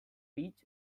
beach